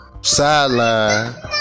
Sideline